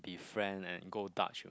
friend and go dutch